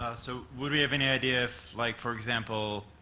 so would we have any idea like, for example,